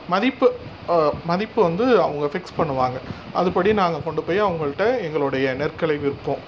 மதிப்பு மதிப்பு வந்து அவங்க ஃபிக்ஸ் பண்ணுவாங்க அதுபடி நாங்கள் கொண்டு போய் அவங்கள்ட்ட எங்களுடைய நெற்களை விற்போம்